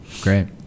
Great